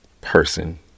person